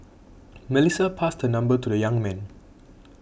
Melissa passed her number to the young man